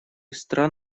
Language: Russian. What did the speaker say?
стран